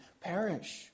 perish